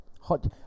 Hot